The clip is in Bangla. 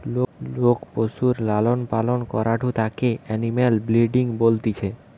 লোক পশুর লালন পালন করাঢু তাকে এনিম্যাল ব্রিডিং বলতিছে